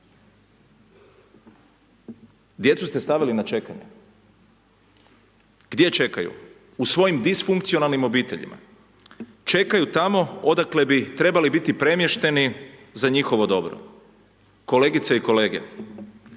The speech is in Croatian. djecu ste stavili na čekanje. Gdje čekaju? U svojim disfunkcionalnim obiteljima čekaju tamo odakle bi trebali biti premješteni za njihovo dobro. Kolegice i kolege